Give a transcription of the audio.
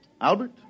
Albert